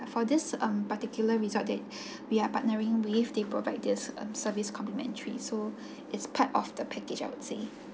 for this um particular resort that we're partnering with they provide this service complimentary so it's part of the package I would say